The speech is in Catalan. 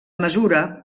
mesura